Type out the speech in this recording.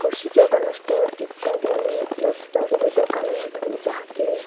କୃଷି ଯୋଗାଣ ଷ୍ଟୋର୍ ଇତ୍ୟାଦି ଆମେ ରଖିପାରିବୁ ଦୋକାନ ମାଧ୍ୟମରେ ଯାହାକି